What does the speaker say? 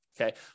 Okay